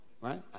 right